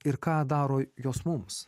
ir ką daro jos mums